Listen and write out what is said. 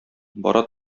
бара